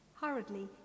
Hurriedly